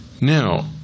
Now